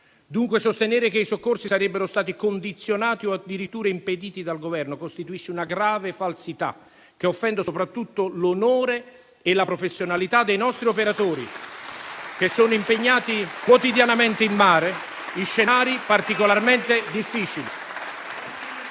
Dunque sostenere che i soccorsi sarebbero stati condizionati o addirittura impediti dal Governo costituisce una grave falsità, che offende soprattutto l'onore e la professionalità dei nostri operatori, che sono impegnati quotidianamente in mare in scenari particolarmente difficili.